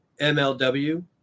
MLW